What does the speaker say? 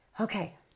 okay